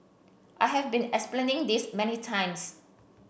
I have been explaining this many times